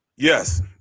Yes